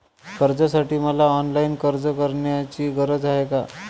कर्जासाठी मला ऑनलाईन अर्ज करण्याची गरज आहे का?